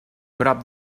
prop